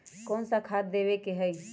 कोन सा खाद देवे के हई?